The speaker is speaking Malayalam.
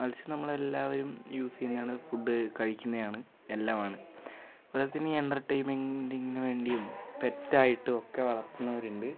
മത്സ്യം നമ്മൾ എല്ലാവരും യൂസ് ചെയ്യുന്നതാണ് ഫുഡ് കഴിക്കുന്നതാണ് എല്ലാമാണ് അതുപോലെത്തന്നെ ഈ എൻ്റർടൈൻമെൻറിങ്ങ്ന് വേണ്ടിയും പെറ്റായിട്ടും ഒക്കെ വളർത്തുന്നവരുണ്ട്